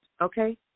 okay